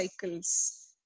cycles